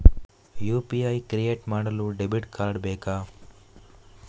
UPI create ಮಾಡಲು debit card ಬೇಕಾ?